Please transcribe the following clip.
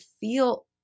feel